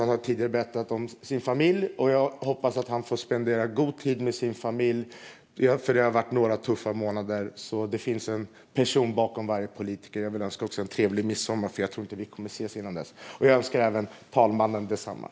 Han har tidigare har berättat om sin familj, och jag hoppas att de får spendera tid tillsammans, för det har varit några tuffa månader. Jag vill även önska talmannen en trevlig midsommar.